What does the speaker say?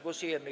Głosujemy.